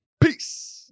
Peace